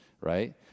right